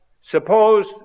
suppose